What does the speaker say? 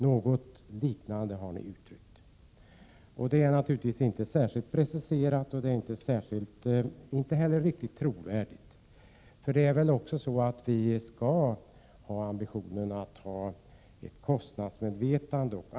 Något liknande har ni uttryckt. Detta önskemål är naturligtvis inte särskilt preciserat och inte riktigt trovärdigt. Vi skall väl ändå ha ambitionen att vara kostnadsmedvetna.